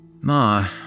Ma